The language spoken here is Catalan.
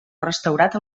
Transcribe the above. restaurat